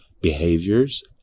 behaviors